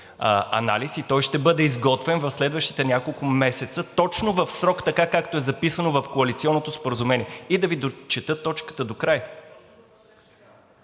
анализ. Той ще бъде изготвен в следващите няколко месеца точно в срок, така както е записано в коалиционното споразумение. И да Ви дочета точката докрай: